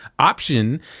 Option